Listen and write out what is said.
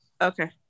Okay